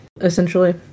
Essentially